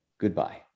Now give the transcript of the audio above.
goodbye